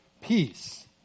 peace